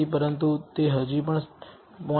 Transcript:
પરંતુ તે હજી પણ 0